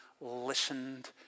listened